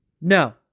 no